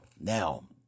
Now